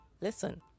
listen